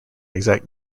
exact